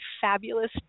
fabulous